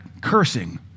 cursing